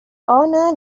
owner